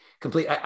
complete